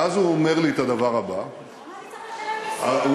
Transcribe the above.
ואז הוא אומר לי את הדבר הבא, לשלם מסים, אבל?